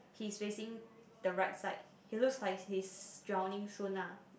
he facing the right side he looks like he is drowning soon ah